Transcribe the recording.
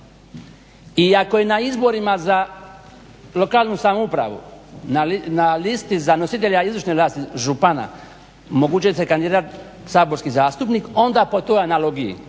ako je na izborima za lokalnu samoupravu na listi za nositelja izvršne vlasti župana moguće se kandidirat saborski zastupnik, onda po toj analogiji